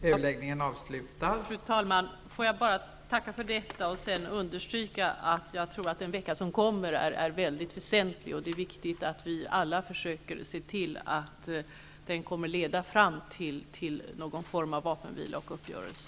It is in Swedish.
Fru talman! Låt mig tacka för detta och understryka att den vecka som kommer är mycket väsentlig. Det är viktigt att vi alla försöker se till att den kommer att leda fram till någon form av vapenvila och uppgörelse.